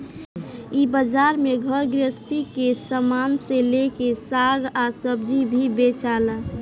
इ बाजार में घर गृहस्थी के सामान से लेके साग आ सब्जी भी बेचाला